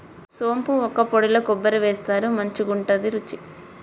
సోంపు వక్కపొడిల కొబ్బరి వేస్తారు మంచికుంటది రుచి